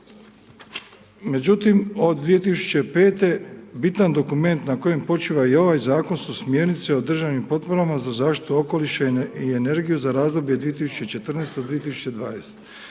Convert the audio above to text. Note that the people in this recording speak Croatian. Međutim od 2005. bitan dokument na kojem počiva i ovaj zakon su smjernice o državnim potporama za zaštitu okoliša i energiju za razdoblje 2014.-2020.